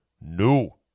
No